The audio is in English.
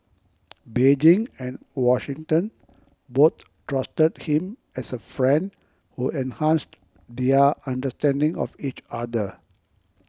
Beijing and Washington both trusted him as a friend who enhanced their understanding of each other